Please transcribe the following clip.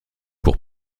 pour